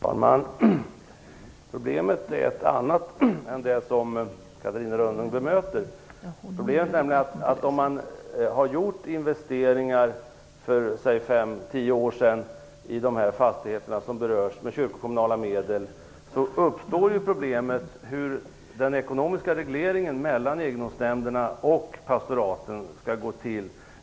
Fru talman! Problemet är ett annat än det som Om man har gjort investeringar med kyrkokommunala medel för t.ex. 5-10 år sedan i de fastigheter som berörs uppstår ett problem i fråga om hur den ekonomiska regleringen mellan egendomsnämnderna och pastoraten skall gå till.